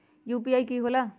UPI कि होला?